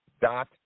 dot